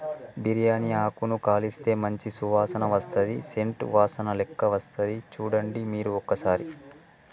బిరియాని ఆకును కాలిస్తే మంచి సువాసన వస్తది సేంట్ వాసనలేక్క వస్తది చుడండి మీరు ఒక్కసారి